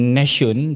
nation